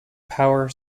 power